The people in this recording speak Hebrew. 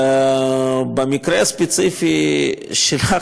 במקרה הספציפי שלך,